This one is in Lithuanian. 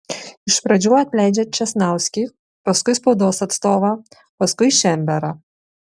iš pradžių atleidžia česnauskį paskui spaudos atstovą paskui šemberą